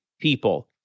people